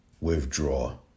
withdraw